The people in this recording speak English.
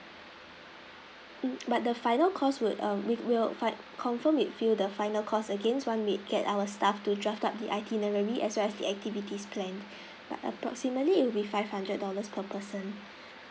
mm but the final cost would err we will fi~ confirm with you the final costs again once we get our staff to draft up the itinerary as well as the activities plan but approximately it'll be five hundred dollars per person